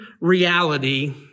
reality